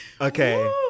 Okay